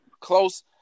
close